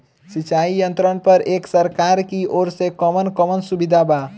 सिंचाई यंत्रन पर एक सरकार की ओर से कवन कवन सुविधा बा?